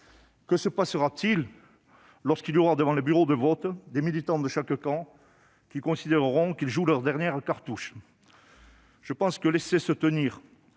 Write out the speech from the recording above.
Que se passera-t-il lorsqu'il y aura, devant les bureaux de vote, des militants de chaque camp qui considéreront qu'ils jouent là leur dernière cartouche ? Je pense que laisser se tenir